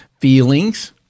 feelings